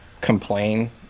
complain